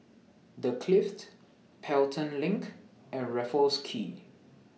The Clift Pelton LINK and Raffles Quay